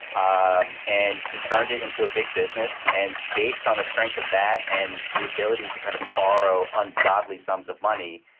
ah um and he turned it into a big business. and based on the strength of that and the ability to kind of borrow ungodly sums of money,